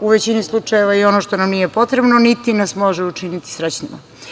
u većini slučajeva i ono što nam nije potrebno, niti nas može učiniti srećnima. Sa